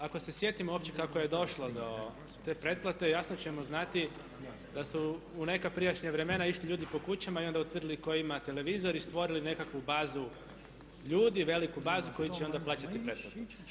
Ako se sjetimo uopće kako je došlo do te pretplate jasno ćemo znati da su u neka prijašnja vremena išli ljudi po kućama i onda utvrdili tko ima televizor i stvorili nekakvu bazu ljudi, veliku bazu koji će onda plaćati pretplatu.